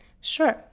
Sure